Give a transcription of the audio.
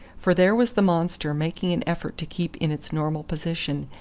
for there was the monster making an effort to keep in its normal position,